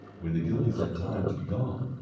when the gillies had time to be gone,